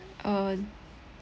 um